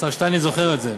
השר שטייניץ זוכר את זה,